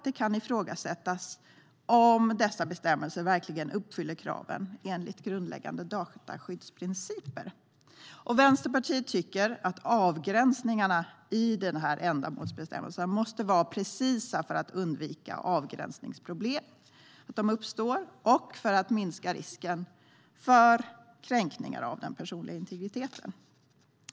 Det kan ifrågasättas om dessa bestämmelser verkligen uppfyller kraven enligt grundläggande dataskyddsprinciper. Vänsterpartiet tycker att avgränsningarna i ändamålsbestämmelserna måste vara precisa för att undvika att avgränsningsproblem uppstår och minska risken för kränkningar av den personliga integriteten.